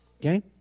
Okay